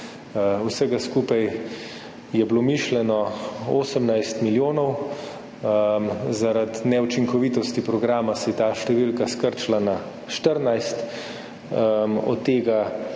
Vsega skupaj je bilo mišljeno 18 milijonov, zaradi neučinkovitosti programa se je ta številka skrčila na 14, od tega